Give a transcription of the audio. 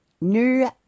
new